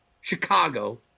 Chicago